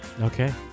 Okay